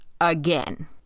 again